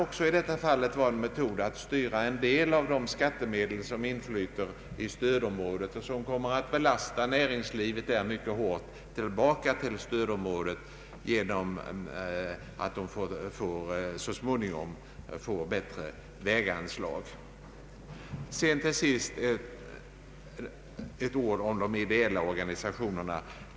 Det kan i detta fall också vara en metod att så småningom styra en del av de skattemedel, som inflyter i stödområdet genom skattehöjningen och som kommer att belasta näringslivet där mycket hårt, tillbaka till stödområdet genom högre väganslag inom detta område. Till sist ett par ord om de ideella organisationerna.